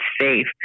safe